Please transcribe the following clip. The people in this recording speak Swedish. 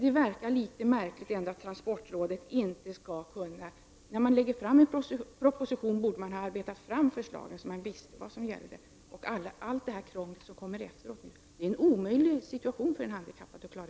Det verkar litet märkligt att transportrådet inte skall kunna klara det här. När man framlägger en proposition borde förslagen i den vara genomarbetade, så att man visste hur det skulle bli och så att det inte blev sådant krångel som det nu har blivit. Detta är en omöjlig situation för en handikappad att klara.